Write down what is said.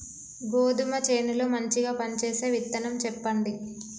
గోధుమ చేను లో మంచిగా పనిచేసే విత్తనం చెప్పండి?